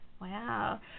Wow